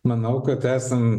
manau kad esam